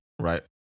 right